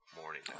morning